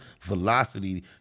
velocity